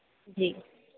जी